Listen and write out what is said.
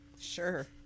Sure